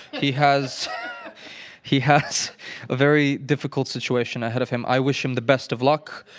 he has he has a very difficult situation ahead of him. i wish him the best of luck.